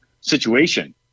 situation